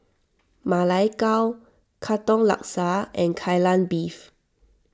Ma Lai Gao Katong Laksa and Kai Lan Beef